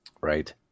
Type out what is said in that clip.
Right